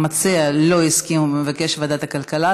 המציע לא הסכים ומבקש את ועדת הכלכלה.